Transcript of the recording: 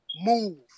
move